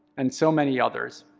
and so many others.